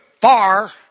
far